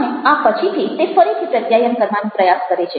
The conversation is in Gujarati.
અને આ પછીથી તે ફરીથી પ્રત્યાયન કરવાનો પ્રયાસ કરે છે